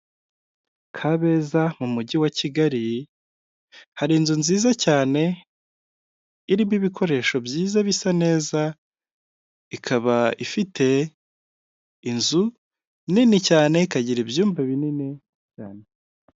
Kabeza mu mujyi wa Kigali hari inzu nziza cyane irimo ibikoresho byiza bisa neza ikaba ifite inzu nini cyane ikagira ibyumba binini cyane.